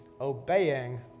obeying